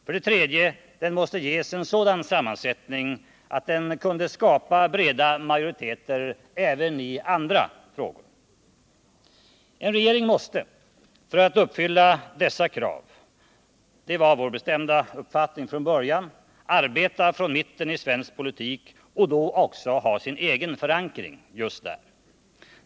För det tredje: Den måste ges en sådan sammansättning att den kan skapa breda majoriteter även i andra frågor. En regering måste för att uppfylla dessa krav arbeta från mitten i svensk politik och då också ha sin egen förankring just där.